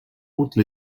montre